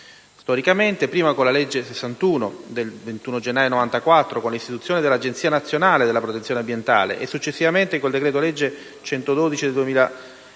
Storicamente, prima con la legge n. 61 del 21 gennaio 1994 (istituzione Agenzia nazionale protezione ambientale) e successivamente col decreto-legge n. 112 del 2008